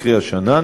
קרי השנה,